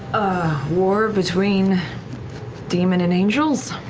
war between demon and angels?